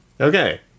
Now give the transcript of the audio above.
Okay